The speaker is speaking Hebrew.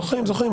זוכרים, זוכים.